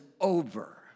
over